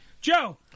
Joe